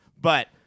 but-